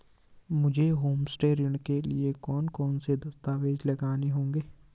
मुझे होमस्टे ऋण के लिए कौन कौनसे दस्तावेज़ लगाने होंगे?